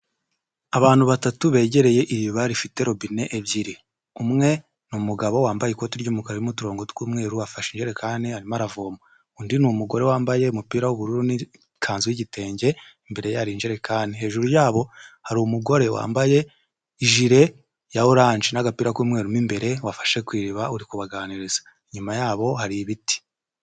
Abantu batatu begereye iri bari rifite robine ebyiri umwe ni umugabo wambaye ikoti ry'umukara n'uturongo tw'umweru afashe ijerekani aravoma, undi ni umugore wambaye umupira w'ubururu n'ikanzu y'igitenge imbere ye hari ijerekani hejuru yabo hari umugore wambaye ijire ya orange n'agapira k'umweru imbere wafashe ku iriba uri kubaganiriza inyuma yabo hari ibiti.